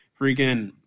freaking